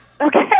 Okay